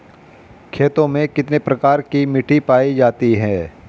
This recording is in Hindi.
खेतों में कितने प्रकार की मिटी पायी जाती हैं?